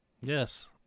Yes